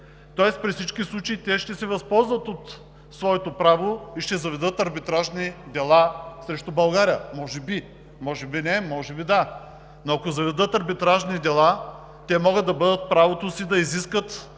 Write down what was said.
тоест при всички случаи те ще се възползват от своето право и ще заведат арбитражни дела срещу България, може би. Може би не, може би да… Но ако заведат арбитражни дела, те могат да бъдат в правото си да изискат